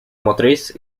motriz